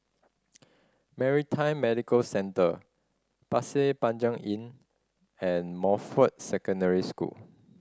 Maritime Medical Centre Pasir Panjang Inn and Montfort Secondary School